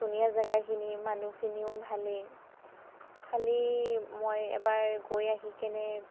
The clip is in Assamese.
ধুনীয়া জেগাখিনি মানুহখিনিও ভালেই খালী মই এবাৰ গৈ আহিকেনে